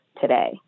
today